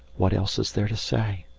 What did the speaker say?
what else is there to say?